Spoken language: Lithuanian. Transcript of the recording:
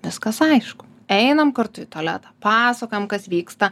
viskas aišku einam kartu į tualetą pasakojam kas vyksta